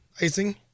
icing